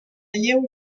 lleu